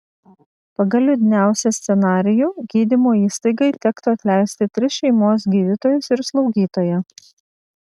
pagal liūdniausią scenarijų gydymo įstaigai tektų atleisti tris šeimos gydytojus ir slaugytoją